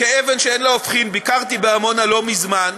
כאבן שאין לה הופכין, ביקרתי בעמונה לא מזמן.